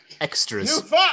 extras